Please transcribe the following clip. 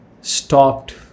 stopped